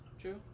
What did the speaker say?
true